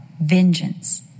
Vengeance